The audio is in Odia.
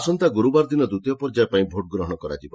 ଆସନ୍ତା ଗୁରବାର ଦିନ ଦ୍ୱିତୀୟ ପର୍ଯ୍ୟାୟ ପାଇଁ ଭୋଟ୍ ଗ୍ରହଣ କରାଯିବ